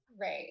Right